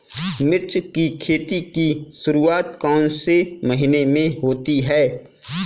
मिर्च की खेती की शुरूआत कौन से महीने में होती है?